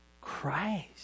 Christ